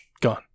gone